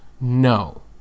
No